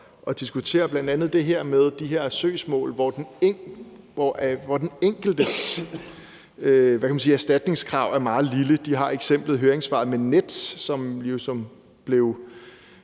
at diskutere, bl.a. det her med de her søgsmål, hvor den enkeltes erstatningskrav er meget lille. De har eksemplet i høringssvaret med Nets, som blev